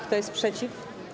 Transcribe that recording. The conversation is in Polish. Kto jest przeciw?